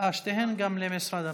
שתיהן למשרד הבריאות.